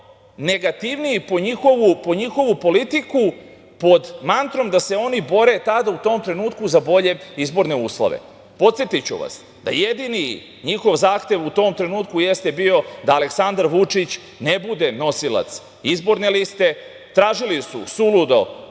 negativniji po njihovu politiku, a pod mantrom da se oni bore u tom trenutku za bolje izborne uslove. Podsetiću vas da jedini njihov zahtev u tom trenutku jeste bio da Aleksandar Vučić ne bude nosilac izborne liste. Tražili su, suludo,